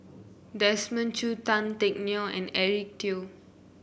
Desmond Choo Tan Teck Neo and Eric Teo